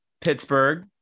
Pittsburgh